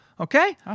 Okay